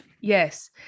Yes